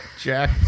Jack